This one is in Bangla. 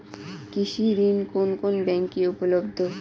কৃষি ঋণ কোন কোন ব্যাংকে উপলব্ধ?